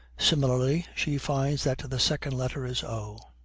similarly she finds that the second letter is o.